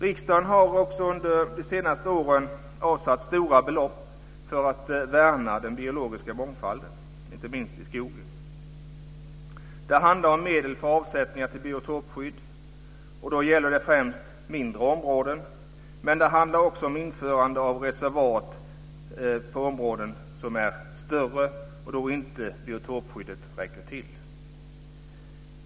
Riksdagen har under de senaste åren avsatt stora belopp för att värna den biologiska mångfalden, inte minst i skogen. Det handlar om medel för avsättningar till biotopskydd. Då gäller det främst mindre områden. Men det handlar också om införande av reservat på områden som är större, och då biotopskyddet inte räcker till.